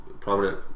prominent